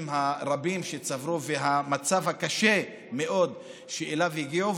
הרבים שצברו והמצב הקשה מאוד שאליו הגיעו.